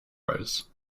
rose